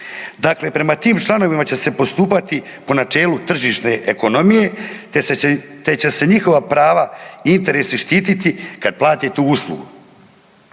Dakle, prema tim članovima će se postupati po načelu tržišne ekonomije te će se njihova prava i interesi štititi kada plate tu uslugu.